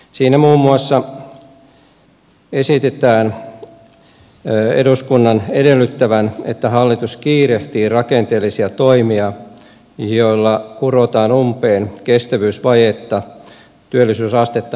siinä muun muassa esitetään eduskunnan edellyttävän että hallitus kiirehtii rakenteellisia toimia joilla kurotaan umpeen kestävyysvajetta työllisyysastetta nostamalla